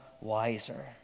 wiser